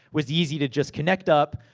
was easy to just connect up,